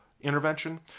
intervention